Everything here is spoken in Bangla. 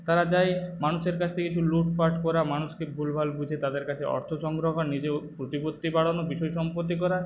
তারা চায় মানুষের কাছ থেকে কিছু লুটপাট করা মানুষকে ভুলভাল বুঝিয়ে তাদের কাছে অর্থ সংগ্রহ করা নিজের প্রতিপত্তি বাড়ানো বিষয় সম্পত্তি করা